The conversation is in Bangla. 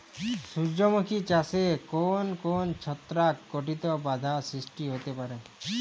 সূর্যমুখী চাষে কোন কোন ছত্রাক ঘটিত বাধা সৃষ্টি হতে পারে?